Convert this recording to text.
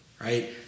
right